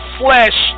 flesh